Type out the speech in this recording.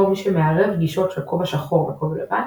מי שמערב גישות של כובע שחור וכובע לבן,